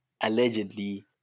allegedly